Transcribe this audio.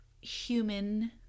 human